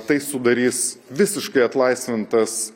tai sudarys visiškai atlaisvintas